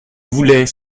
voulais